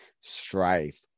strife